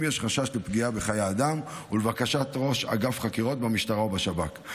אם יש חשש לפגיעה בחיי אדם ולבקשת ראש אגף חקירות במשטרה או בשב"כ.